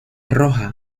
roja